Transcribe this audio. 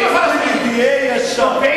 תהיה ישר.